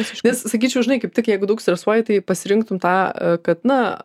aš išvis sakyčiau žinai kaip tik jeigu daug stresuoji tai pasirinktum tą kad na